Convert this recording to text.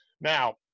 Now